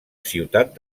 ciutat